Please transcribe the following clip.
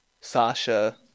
Sasha